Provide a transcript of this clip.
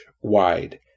wide